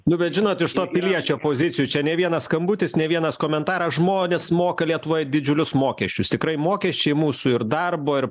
nu bet žinot iš to piliečio pozicijų čia ne vienas skambutis ne vienas komentaras žmonės moka lietuvoje didžiulius mokesčius tikrai mokesčiai mūsų ir darbo ir